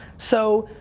so,